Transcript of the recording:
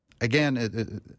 Again